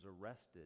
arrested